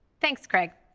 thanks, craig.